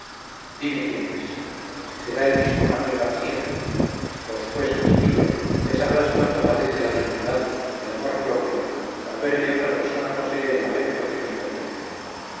dime quién es será el mismo manuel garcía por supuesto chiquilla ya sabrás cuánto padece la dignidad el amor propio al ver que otra persona posee el afecto que nos pertenece